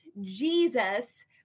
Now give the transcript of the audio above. Jesus